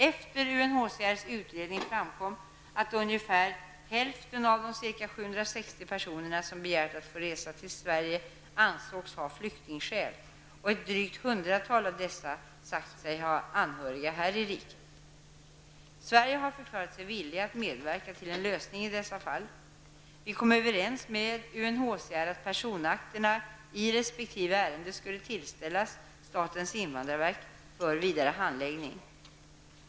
Efter UNHCR:s utredning framkom att ungefär hälften av de ca 760 personer som begärt att få resa till Sverige ansågs ha flyktingskäl och att ett drygt hundratal av dessa sagt sig ha anhöriga här i riket. Sverige har förklarat sig villigt att medverka till en lösning i dessa fall. Vi kom överens med UNHCR att personakterna i resp. ärende skulle tillställas statens invandrarverk för vidare handläggning.